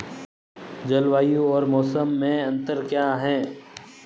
जलवायु और मौसम में अंतर क्या है?